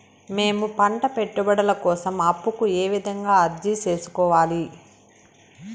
మేము పంట పెట్టుబడుల కోసం అప్పు కు ఏ విధంగా అర్జీ సేసుకోవాలి?